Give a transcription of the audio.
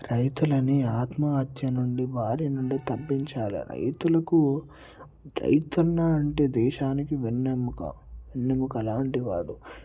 రైతులని ఆత్మహత్య నుండి బారి నుండి తప్పించాలి రైతులకు రైతన్న అంటే దేశానికి వెన్నెముక వెన్నెముక లాంటివాడు